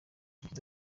yagize